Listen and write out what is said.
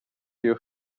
you